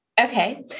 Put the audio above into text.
Okay